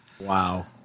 wow